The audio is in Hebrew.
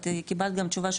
את קיבלת גם תשובה,